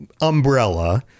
umbrella